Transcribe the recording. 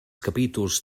capítols